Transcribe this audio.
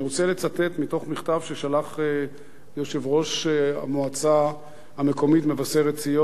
אני רוצה לצטט מתוך מכתב ששלח יושב-ראש המועצה המקומית מבשרת-ציון,